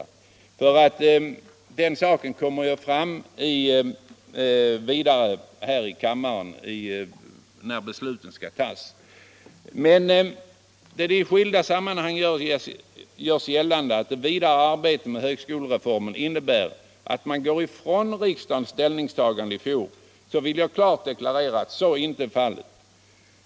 Vi får föra en debatt om dessa frågor här i kammaren när besluten skall fattas. Men då det i skilda sammanhang görs gällande att det vidare arbetet med högskolereformen innebär att man går ifrån riksdagens ställningstagande i fjol. vill jag nu klart deklarera att så inte är fallet.